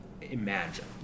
imagine